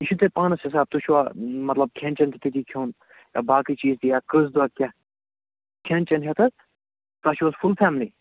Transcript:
یہِ چھُو تۅہہِ پانَس حِساب تُہۍ چھُوا مطلب کھٮ۪ن چٮ۪ن تہِ تٔتی کھٮ۪وُن یا باقٕے چیٖز تہِ یا کٔژ دۄہ کیٛاہ کھٮ۪ن چٮ۪ن ہٮ۪تھ حظ تۄہہِ چھُو حظ فُل فیملی